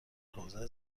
حوزه